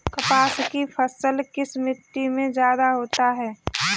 कपास की फसल किस मिट्टी में ज्यादा होता है?